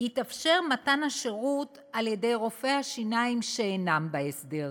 יתאפשר מתן השירות על-ידי רופאי השיניים שאינם בהסדר.